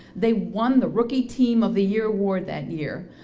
they won the rookie team of the year award that year.